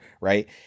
right